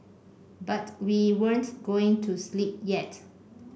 but we weren't going to sleep yet